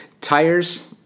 Tires